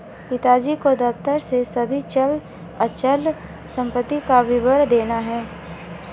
पिताजी को दफ्तर में सभी चल अचल संपत्ति का विवरण देना है